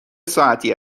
ساعتی